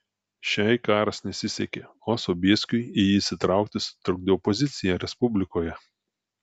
šiai karas nesisekė o sobieskiui į jį įsitraukti sutrukdė opozicija respublikoje